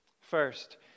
First